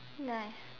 nice